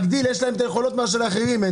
יש להם את היכולות, דבר שאין לאחרים.